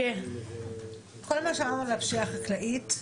כל מה שאמרנו על הפשיעה החקלאית,